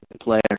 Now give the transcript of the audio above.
player